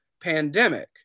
pandemic